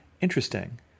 Interesting